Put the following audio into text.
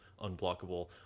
unblockable